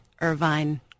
Irvine